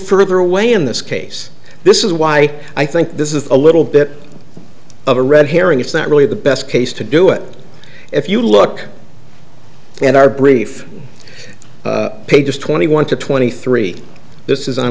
further away in this case this is why i think this is a little bit of a red herring it's not really the best case to do it if you look at our brief pages twenty one to twenty three this is on